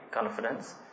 confidence